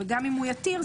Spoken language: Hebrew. וגם אם הוא יתיר,